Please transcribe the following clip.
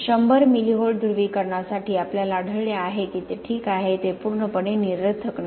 100 millivolt ध्रुवीकरणासाठी आम्हाला आढळले आहे की ते ठीक आहे ते पूर्णपणे निरर्थक नाही